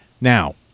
Now